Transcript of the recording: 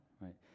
right